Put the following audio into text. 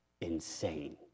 insane